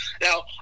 Now